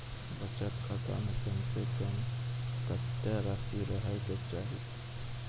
बचत खाता म कम से कम कत्तेक रासि रहे के चाहि?